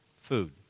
food